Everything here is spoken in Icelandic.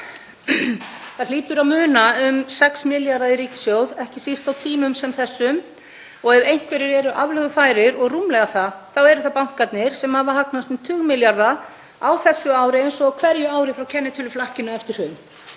Það hlýtur að muna um 6 milljarða í ríkissjóð, ekki síst á tímum sem þessum, og ef einhverjir eru aflögufærir og rúmlega það eru það bankarnir sem hafa hagnast um tugi milljarða á þessu ári eins og á hverju ári frá kennitöluflakkinu eftir hrun,